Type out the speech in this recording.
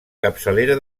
capçalera